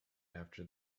after